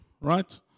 Right